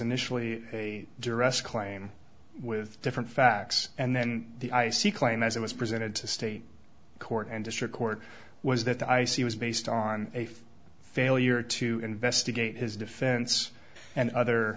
initially a duress claim with different facts and then the i c claim as it was presented to state court and district court was that the i c was based on a failure to investigate his defense and other